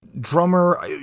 drummer